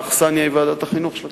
האכסניה היא ועדת החינוך של הכנסת.